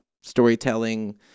storytelling